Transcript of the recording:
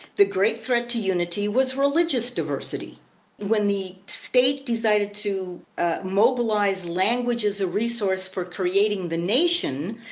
the great threat to unity was religious diversity when the state decided to mobilise language as a resource for creating the nation,